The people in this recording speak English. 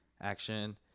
action